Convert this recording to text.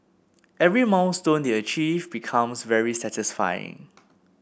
every milestone they achieve becomes very satisfying